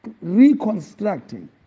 reconstructing